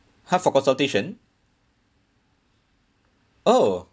half for consultation oh